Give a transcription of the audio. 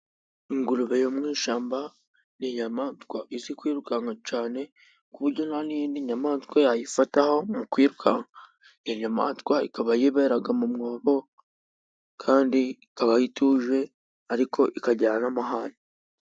Ingurube yo mu ishyamba ni inyamaswa izi kwirukanka cyane, ku buryo nta n'iyindi nyamaswa yayifataho mu kwiruka. Iyo nyamaswa ikaba yibera mu mwobo, kandi ikaba ituje ariko ikagira n'amahane.